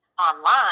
Online